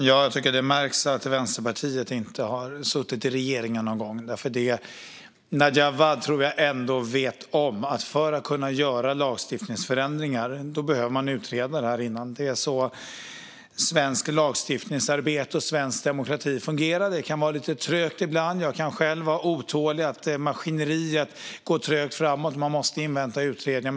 Herr talman! Det märks att Vänsterpartiet inte har suttit i regering någon gång. Jag tror att Nadja Awad ändå vet om att man för att kunna göra lagstiftningsändringar behöver utreda det innan. Det är så svenskt lagstiftningsarbete och svensk demokrati fungerar. Det kan vara lite trögt ibland. Jag kan själv vara lite otålig över att maskineriet går trögt framåt och man måste invänta utredningar.